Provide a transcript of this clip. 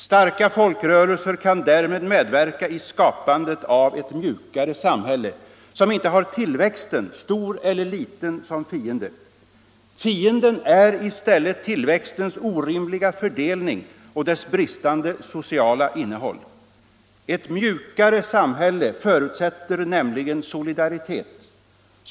Starka folkrörelser kan därmed medverka i skapandet av ”ett mjukare samhälle” som inte har tillväxten, stor eller liten, till fiende. Fienden är i stället tillväxtens orimliga fördelning och dess bristande sociala innehåll. ”Ett mjukare samhälle” förutsätter nämligen solidaritet.